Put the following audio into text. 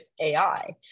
AI